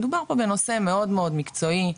מדובר פה בנושא מאוד מאוד מקצועי,